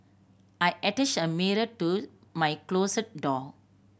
I attached a mirror to my closet door